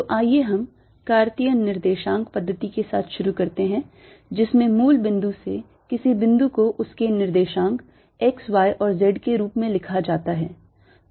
तो आइए हम कार्तीय निर्देशांक पद्धति के साथ शुरू करते हैं जिसमें मूल बिंदु से किसी बिंदु को उसके निर्देशांक x y और z के रूप में लिखा जाता है